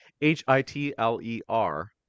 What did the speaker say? H-I-T-L-E-R